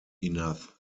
enough